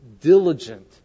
diligent